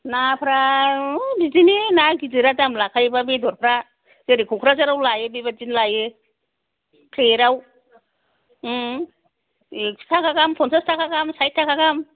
नाफोरा बिदिनो ना गिदिरा दाम लाखायो बेदरफोरा जेरै क'क्राझाराव लायो बेबादिनो लायो फ्लेट आव एक्स' थाखा गाहाम फन्सास थाखा गाहाम साइथ थाखा गाहाम